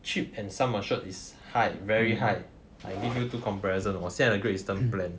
cheap and sum assured is high very high I give you two comparison 我现在的 great eastern plan